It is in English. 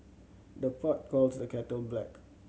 the pot calls the kettle black